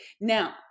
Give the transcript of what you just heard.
Now